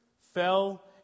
fell